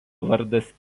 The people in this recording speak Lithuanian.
vardas